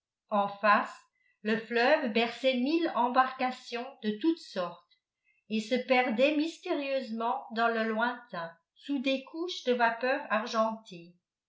en face le fleuve berçait mille embarcations de toute sorte et se perdait mystérieusement dans le lointain sous des couches de vapeurs argentées